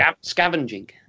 scavenging